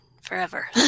forever